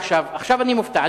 עכשיו אני מופתע,